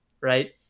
right